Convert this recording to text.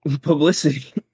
publicity